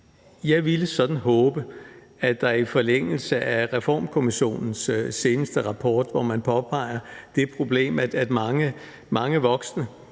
Jeg ville sådan håbe, at vi i forlængelse af Reformkommissionens seneste rapport, hvor man påpeger det problem, at mange voksne